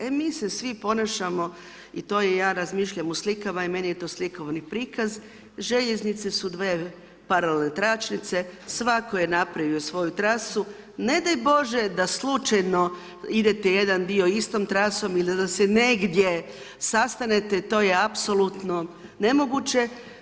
E mi se svi ponašamo i to je, ja razmišljam u slikama, i meni je to slikovni prikaz, željeznice su dvije paralelno tračnice, svatko je napravio svoju trasu, ne daj bože da slučajno idete jedan dio istom trasom ili da se negdje sastanete, to je apsolutno nemoguće.